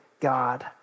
God